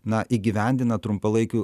na įgyvendina trumpalaikiu